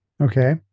Okay